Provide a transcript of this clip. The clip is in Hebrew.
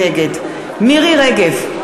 נגד מירי רגב,